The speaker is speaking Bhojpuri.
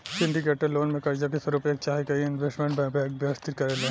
सिंडीकेटेड लोन में कर्जा के स्वरूप एक चाहे कई इन्वेस्टमेंट बैंक व्यवस्थित करेले